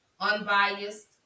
unbiased